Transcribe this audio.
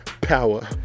power